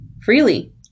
freely